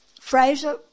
Fraser